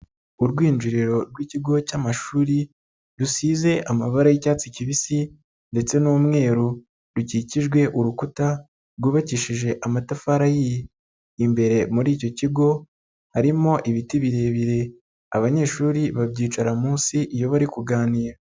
Urwinjiriro rw'ikigo cy'amashuri rusize amabara y'icyatsi kibisi ndetse n'umweru, rukikijwe urukuta rwubakishije amatafari ahiye, imbere muri icyo kigo harimo ibiti birebire, abanyeshuri babyicara munsi iyo bari kuganira.